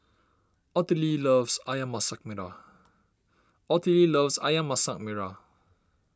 Ottilie loves Ayam Masak Merah Ottilie loves Ayam Masak Merah